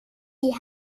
die